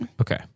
Okay